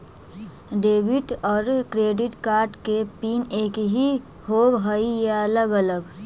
Debit और credit card के PIN एकही होव हइ या अलग अलग?